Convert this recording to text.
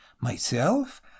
Myself